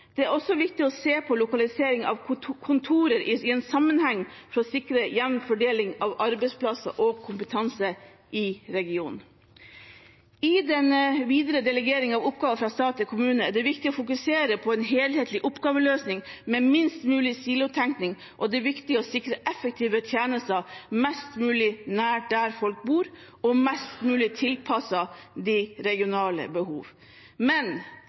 Det er også viktig å se lokaliseringen av kontorer i en sammenheng for å sikre jevn fordeling av arbeidsplasser og kompetanse i regionen. I den videre delegeringen av oppgaver fra stat til kommune er det viktig å fokusere på en helhetlig oppgaveløsning med minst mulig silotenkning. Det er viktig å sikre effektive tjenester mest mulig nær der folk bor, og mest mulig tilpasset de regionale behov. Men